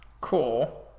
Cool